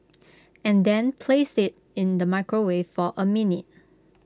and then place IT in the microwave for A minute